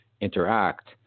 interact